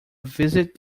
visit